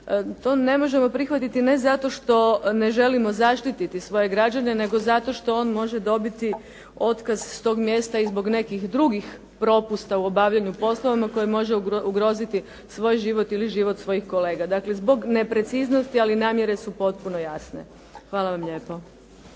To ne možemo prihvatiti ne zato što ne želimo zaštititi svoje građane nego zato što on može dobiti otkaz s tog mjesta i zbog nekih drugih propusta u obavljanju poslova kojim može ugroziti svoj život ili život svojih kolega, dakle zbog nepreciznosti ali namjere su potpuno jasne. Hvala vam lijepo.